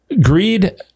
greed